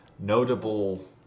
notable